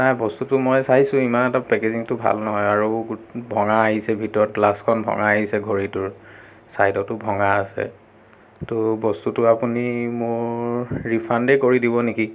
নাই বস্তুটো মই চাইছোঁ ইমান এটা পেকেজিংটো ভাল নহয় আৰু গোট ভঙা আহিছে ভিতৰত গ্লাছখন ভঙা আহিছে ঘড়ীটোৰ চাইদতো ভঙা আছে এইটো বস্তুটো আপুনি মোৰ ৰিফাণ্ডে কৰি দিব নেকি